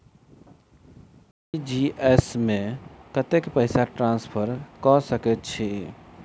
RTGS मे कतेक पैसा ट्रान्सफर कऽ सकैत छी?